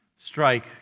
strike